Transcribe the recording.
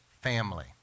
family